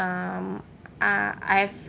um uh I've